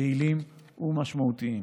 יעילים ומשמעותיים.